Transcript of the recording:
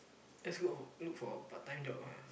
let's go look for a part-time job ah